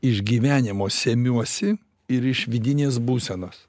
iš gyvenimo semiuosi ir iš vidinės būsenos